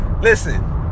listen